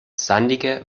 sandige